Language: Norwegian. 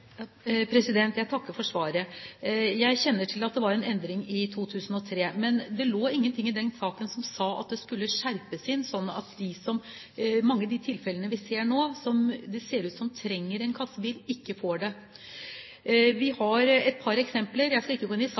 Jeg takker for svaret. Jeg kjenner til at det var en endring i 2003. Men det lå ingenting i den saken som tilsa at ordningen skulle strammes inn sånn at mange av dem som trenger en kassebil, ikke får det. Jeg skal ikke gå inn i saksbehandling, men vil komme med et par eksempler: